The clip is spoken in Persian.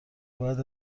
باید